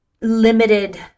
limited